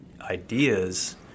ideas